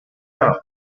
arm